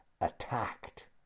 attacked